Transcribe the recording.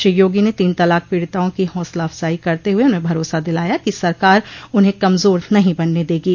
श्री योगी ने तीन तलाक पीड़िताओं की हौसला अफजाई करते हुए उन्हें भरोसा दिलाया कि सरकार उन्हें कमजोर नहीं बनने देगो